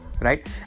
right